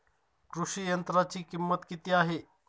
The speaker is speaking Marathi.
कृषी यंत्राची किंमत किती आहे?